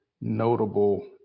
notable